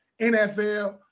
NFL